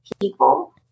people